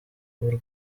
bw’u